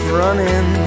running